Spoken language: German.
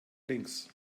links